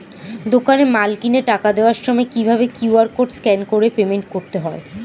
দোকানে মাল কিনে টাকা দেওয়ার সময় কিভাবে কিউ.আর কোড স্ক্যান করে পেমেন্ট করতে হয়?